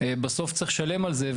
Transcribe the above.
בסוף צריך לשלם על זה,